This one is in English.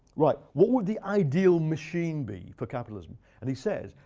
right. what would the ideal machine be for capitalism? and he says,